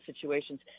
situations